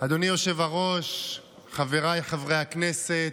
אדוני היושב-ראש, חבריי חברי הכנסת,